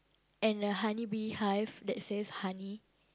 and a honey beehive that says honey